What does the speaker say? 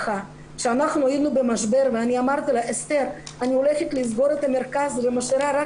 כשאנחנו היינו במשבר ואמרתי לה 'אני הולכת לסגור את המרכז ומשאירה רק